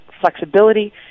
flexibility